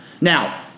Now